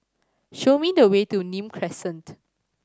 show me the way to Nim Crescent